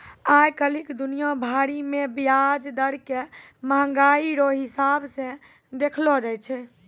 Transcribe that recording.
आइ काल्हि दुनिया भरि मे ब्याज दर के मंहगाइ रो हिसाब से देखलो जाय छै